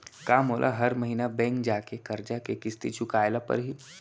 का मोला हर महीना बैंक जाके करजा के किस्ती चुकाए ल परहि?